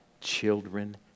children